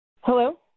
Hello